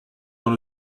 dans